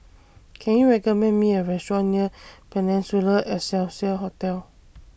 Can YOU recommend Me A Restaurant near Peninsula Excelsior Hotel